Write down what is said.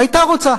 היתה רוצה.